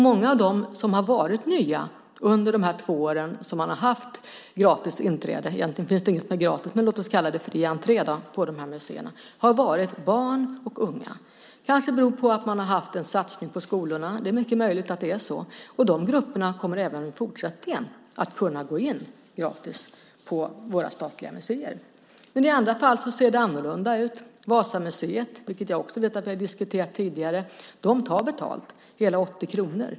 Många av dem som har varit nya besökare under de två år som det har varit gratis inträde på museerna - egentligen finns ingenting som är gratis, men låt oss kalla det för det - har varit barn och unga. Kanske har det berott på att det har varit en satsning på skolorna. Det är mycket möjligt att det är så. De grupperna kommer även i fortsättningen att kunna gå in gratis på våra statliga museer. I andra fall ser det annorlunda ut. Vasamuseet, vilket jag vet att vi har diskuterat tidigare, tar betalt - hela 80 kr.